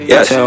Yes